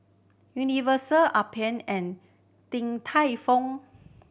Universal Alpen and Din Tai Fung